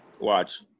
Watch